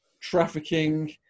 trafficking